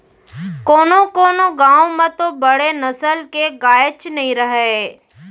कोनों कोनों गॉँव म तो बड़े नसल के गायेच नइ रहय